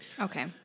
Okay